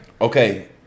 Okay